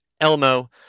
elmo